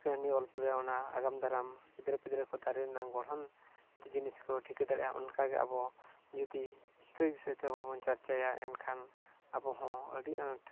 ᱠᱟᱹᱦᱱᱤ ᱚᱞ ᱯᱚᱨᱮ ᱚᱱᱟ ᱟᱜᱟᱢ ᱫᱟᱨᱟᱢ ᱜᱤᱫᱽᱨᱟᱹᱼᱯᱤᱫᱽᱨᱟᱹ ᱠᱚ ᱫᱟᱨᱮ ᱨᱮᱱᱟᱜ ᱜᱚᱲᱦᱚᱱ ᱡᱤᱱᱤᱥ ᱠᱚ ᱴᱷᱤᱠᱟᱹ ᱫᱟᱲᱮᱭᱟᱜᱼᱟ ᱚᱱᱠᱟᱜᱮ ᱟᱵᱚ ᱡᱩᱫᱤ ᱴᱷᱤᱠᱟᱹ ᱵᱤᱥᱚᱭᱛᱮ ᱵᱟᱵᱚᱱ ᱪᱟᱨᱪᱟᱭᱟ ᱮᱱᱠᱷᱟᱱ ᱟᱵᱚᱦᱚᱸ ᱟᱹᱰᱤ ᱟᱸᱴ